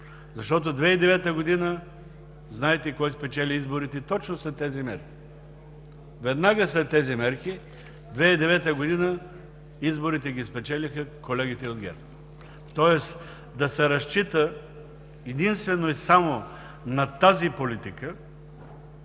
Защото в 2009 г. знаете кой спечели изборите точно след тези мерки. Веднага след тези мерки в 2009 г. изборите спечелиха колегите от ГЕРБ. Тоест да се разчита единствено и само на тази политика